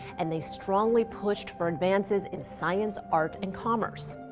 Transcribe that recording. and they strongly pushed for advances in science, art, and commerce.